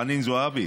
חנין זועבי,